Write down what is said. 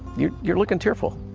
you're you're looking tearful.